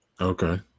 Okay